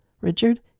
Richard